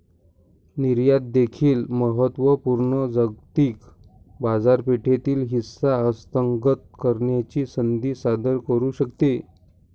निर्यात देखील महत्त्व पूर्ण जागतिक बाजारपेठेतील हिस्सा हस्तगत करण्याची संधी सादर करू शकते